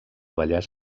vallès